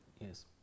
Yes